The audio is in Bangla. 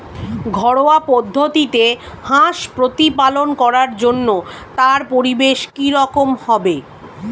ঘরোয়া পদ্ধতিতে হাঁস প্রতিপালন করার জন্য তার পরিবেশ কী রকম হবে?